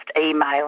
email